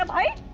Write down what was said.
i